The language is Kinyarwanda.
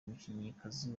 umukinnyikazi